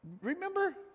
Remember